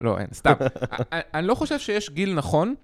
לא, סתם. אני לא חושב שיש גיל נכון.